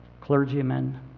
clergymen